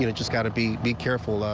you know just got to be be careful.